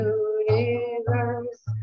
universe